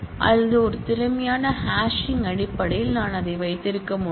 அல்லது ஒரு திறமையான ஹேஷிங் அடிப்படையில் நான் அதை வைத்திருக்க முடியும்